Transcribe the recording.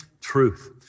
truth